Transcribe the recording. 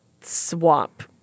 swap